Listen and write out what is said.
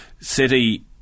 City